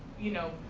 you know,